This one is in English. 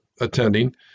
attending